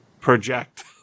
project